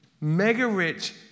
mega-rich